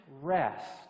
rest